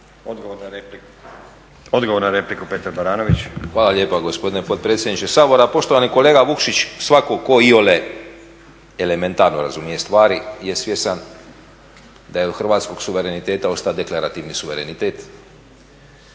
**Baranović, Petar (Reformisti)** Hvala lijepa gospodine potpredsjedniče Sabora. Poštovani kolega Vukšić, svatko tko iole elementarno razumije stvari je svjestan da je od hrvatskog suvereniteta ostao deklarativni suverenitet,